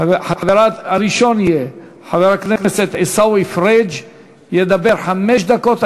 הראשון יהיה חבר הכנסת עיסאווי פריג'; ידבר חמש דקות.